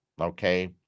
Okay